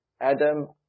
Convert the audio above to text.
Adam